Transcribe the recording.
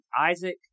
Isaac